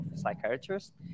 psychiatrists